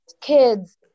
kids